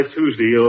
Tuesday